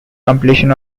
completion